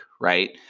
right